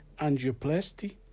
angioplasty